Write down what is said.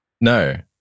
No